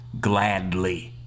Gladly